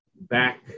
back